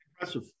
impressive